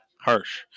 harsh